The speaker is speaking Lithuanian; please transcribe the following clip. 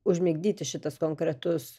užmigdyti šitas konkretus